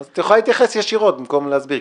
את יכולה להתייחס ישירות במקום להסביר,